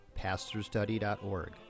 pastorstudy.org